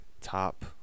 top